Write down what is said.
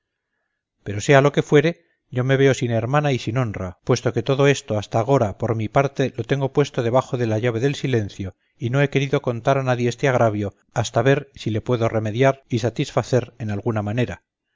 pero sea lo que fuere yo me veo sin hermana y sin honra puesto que todo esto hasta agora por mi parte lo tengo puesto debajo de la llave del silencio y no he querido contar a nadie este agravio hasta ver si le puedo remediar y satisfacer en alguna manera